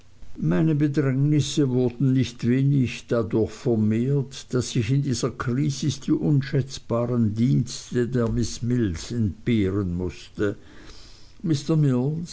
meine bedrängnisse wurden nicht wenig dadurch vermehrt daß ich in dieser krisis die unschätzbaren dienste der miß mills entbehren mußte